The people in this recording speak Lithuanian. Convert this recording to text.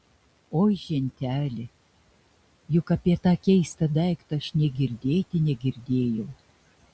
oi ženteli juk apie tą keistą daiktą aš nė girdėti negirdėjau